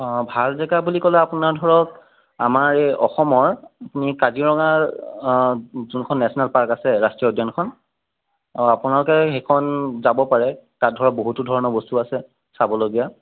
অঁ ভাল জেগা বুলি ক'লে আপোনাৰ ধৰক আমাৰ এই অসমৰ আপুনি কাজিৰঙাৰ যোনখন নেশ্যনেল পাৰ্ক আছে ৰাষ্ট্ৰীয় উদ্য়ানখন অঁ আপোনালোকে সেইখন যাব পাৰে তাত ধৰক বহুতো ধৰণৰ বস্তু আছে চাবলগীয়া